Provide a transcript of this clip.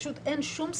פשוט אין שום סיבה.